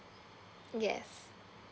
yes